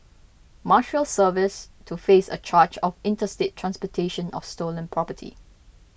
Marshals Service to face a charge of interstate transportation of stolen property